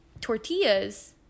tortillas